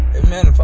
amen